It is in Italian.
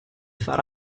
far